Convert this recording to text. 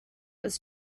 was